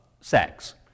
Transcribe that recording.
sex